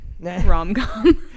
rom-com